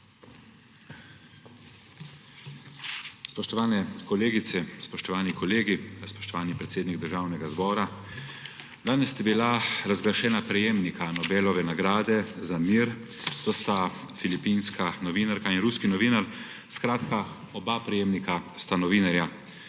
Spoštovane kolegice, spoštovani kolegi, spoštovani predsednik Državnega zbora. Danes sta bila razglašena prejemnika Nobelove nagrade za mir, to sta filipinska novinarka in ruski novinar. Skratka oba prejemnika sta novinarja.